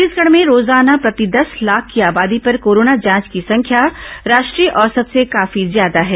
छत्तीसगढ़ में रोजाना प्रति देस लाख की आबादी पर कोरोना जांच की संख्या राष्ट्रीय औसत से काफी ज्यादा है